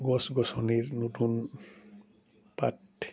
গছ গছনিৰ নতুন পাত